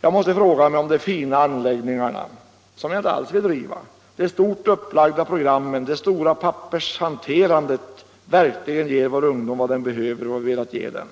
Jag måste fråga mig om de fina anläggningarna, som jag inte alls vill riva, de brett upplagda programmen och det myckna pappershanterandet verkligen ger vår ungdom vad den behöver och vad vi velat ge den.